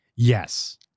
Yes